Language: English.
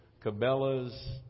Cabela's